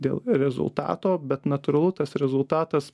dėl rezultato bet natūralu tas rezultatas